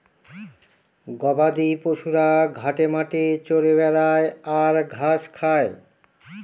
গবাদি পশুরা ঘাটে মাঠে চরে বেড়ায় আর ঘাস খায়